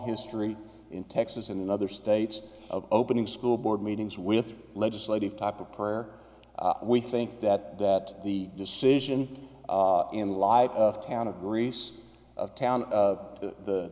history in texas and other states of opening school board meetings with legislative type of prayer we think that that the decision in light of town of greece of town of the